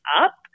up